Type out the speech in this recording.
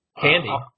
candy